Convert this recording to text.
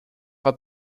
war